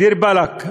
דיר באלכ,